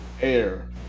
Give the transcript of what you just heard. air